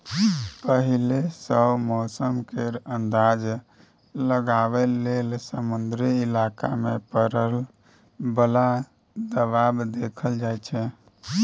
पहिले सँ मौसम केर अंदाज लगाबइ लेल समुद्री इलाका मे परय बला दबाव देखल जाइ छै